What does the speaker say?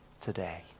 today